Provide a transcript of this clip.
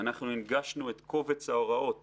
הנגשנו את קובץ ההוראות